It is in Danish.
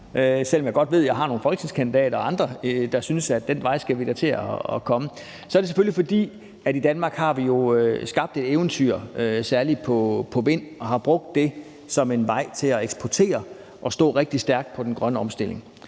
selv om jeg godt ved, jeg har nogle folketingskandidater og andre, der synes, at den vej skal vi da til at gå, så er det selvfølgelig, fordi vi i Danmark har skabt et eventyr særlig på vindenergi og har brugt det som en vej til at eksportere og stå rigtig stærkt i den grønne omstilling.